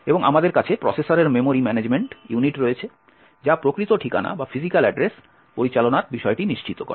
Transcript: এবং আমাদের কাছে প্রসেসরের মেমরি ম্যানেজমেন্ট ইউনিট রয়েছে যা প্রকৃত ঠিকানা পরিচালনার বিষয়টি নিশ্চিত করে